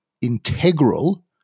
integral